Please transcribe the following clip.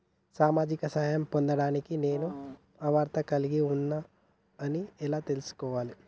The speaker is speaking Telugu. సామాజిక సహాయం పొందడానికి నేను అర్హత కలిగి ఉన్న అని ఎలా తెలుసుకోవాలి?